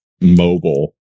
mobile